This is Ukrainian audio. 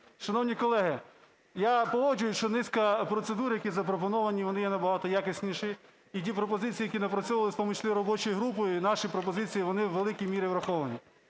Шановні колеги, я погоджуюсь, що низка процедур, які запропоновані, вони є набагато якісніші. І ті пропозиції, які напрацьовувались в тому числі робочою групою, і наші пропозиції, вони в великій мірі враховані.